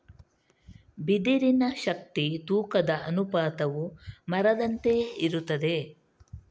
ಬಿದಿರಿನ ಶಕ್ತಿ ತೂಕದ ಅನುಪಾತವು ಮರದಂತೆಯೇ ಇರುತ್ತದೆ